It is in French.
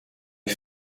est